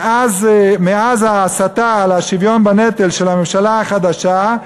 מאז ההסתה על השוויון בנטל של הממשלה החדשה,